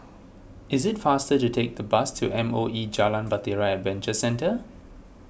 it is faster to take the bus to M O E Jalan Bahtera Adventure Centre